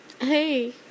Hey